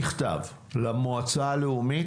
עצמאות לביטוח הלאומי.